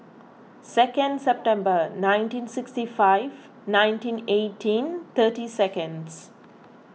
second September nineteen sixty five nineteen eighteen thirty seconds